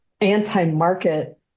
anti-market